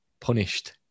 punished